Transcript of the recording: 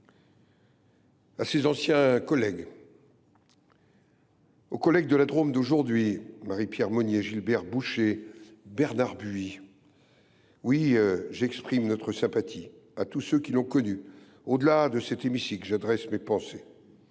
À ses anciens collègues, aux collègues de la Drôme d’aujourd’hui, Marie Pierre Monier, Gilbert Bouchet et Bernard Buis, j’exprime notre sympathie. À tous ceux qui l’ont connu au delà de cet hémicycle, j’adresse mes pensées.